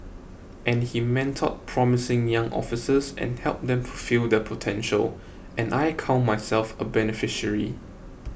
and he mentored promising young officers and helped them fulfil their potential and I count myself a beneficiary